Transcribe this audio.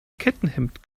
kettenhemd